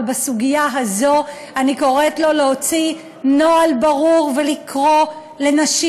אבל בסוגיה הזאת אני קוראת לו להוציא נוהל ברור ולקרוא לנשים